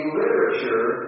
literature